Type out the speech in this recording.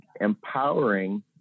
empowering